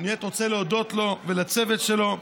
אני באמת רוצה להודות לו ולצוות שלו,